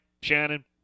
Shannon